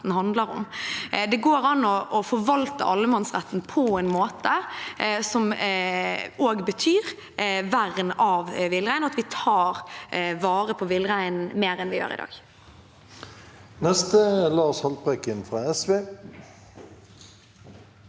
Det går an å forvalte allemannsretten på en måte som også betyr vern av villrein, og at vi tar vare på villreinen mer enn vi gjør i dag. Lars Haltbrekken (SV)